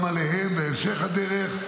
גם עליהם, בהמשך הדרך,